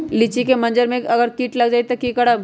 लिचि क मजर म अगर किट लग जाई त की करब?